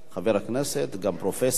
חבר הכנסת, גם פרופסור,